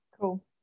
Cool